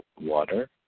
water